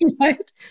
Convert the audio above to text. Right